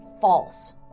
false